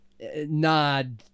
nod